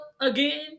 again